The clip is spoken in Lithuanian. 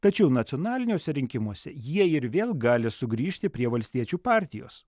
tačiau nacionaliniuose rinkimuose jie ir vėl gali sugrįžti prie valstiečių partijos